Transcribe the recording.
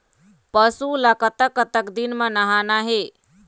पशु ला कतक कतक दिन म नहाना हे?